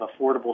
affordable